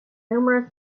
numerous